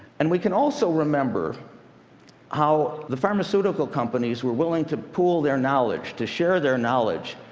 and we can also remember how the pharmaceutical companies were willing to pool their knowledge, to share their knowledge,